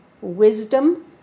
wisdom